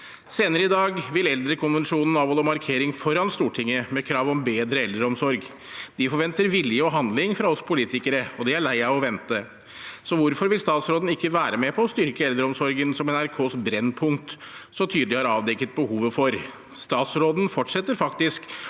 Senere i dag vil Eldrekonvensjonen avholde markering foran Stortinget med krav om bedre eldreomsorg. De forventer vilje og handling fra oss politikere, og de er lei av å vente. Hvorfor vil ikke statsråden være med på å styrke eldreomsorgen, noe NRKs Brennpunkt så tydelig har avdekket behovet for? Statsråden fortsetter faktisk